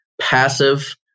passive